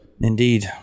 Indeed